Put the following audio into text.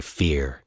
fear